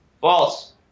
False